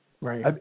Right